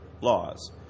laws